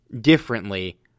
differently